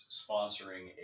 sponsoring